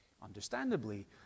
understandably